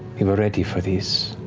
we were ready for this.